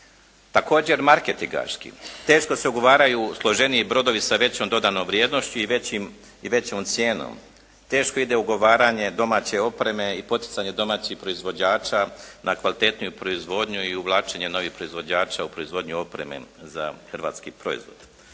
Također marketinški, teško se ugovaraju složeniji brodovi sa većom dodanom vrijednošću i većom cijenom, teško ide ugovaranje domaće opreme i poticanje domaćih proizvođača na kvalitetniju proizvodnju i uvlačenja novih proizvođača u proizvodnji opreme za hrvatski proizvod.